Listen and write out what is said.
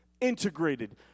integrated